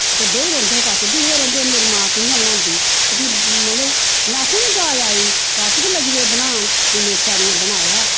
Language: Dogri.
ते बेही रौंह्दे हे कच्छ दिखदे रौंह्दे हे मेरी मां कियां बनांदी ते फ्ही मतलव असें ई बी जाच आई अस बी लगी पे बनान फ्ही में इत्थै आनियै बनाया